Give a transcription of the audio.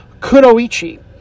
Kunoichi